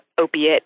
Opiate